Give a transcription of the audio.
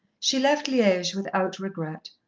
she left liege without regret.